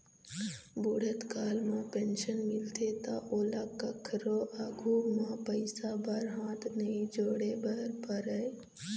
बूढ़त काल म पेंशन मिलथे त ओला कखरो आघु म पइसा बर हाथ नइ जोरे बर परय